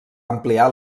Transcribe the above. ampliar